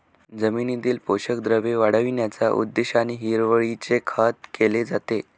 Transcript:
जमिनीतील पोषक द्रव्ये वाढविण्याच्या उद्देशाने हिरवळीचे खत केले जाते